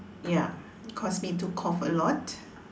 ya cause me to cough a lot